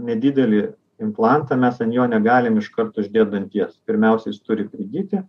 nedidelį implantą mes an jo negalim iškart uždėt danties pirmiausia jis turi prigyti